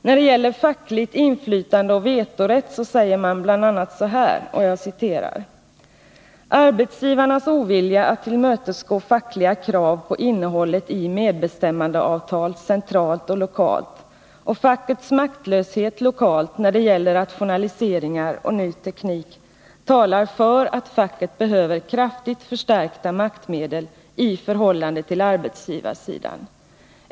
När det gäller fackligt inflytande och vetorätt säger man i rapporten bl.a. följande: ”Arbetsgivarnas ovilja att tillmötesgå fackliga krav på innehållet i medbestämmandeavtal centralt och lokalt och fackets maktlöshet lokalt när det gäller rationaliseringar och ny teknik talar för att facket behöver kraftigt förstärkta maktmedel i förhållande till arbetsgivarsidan.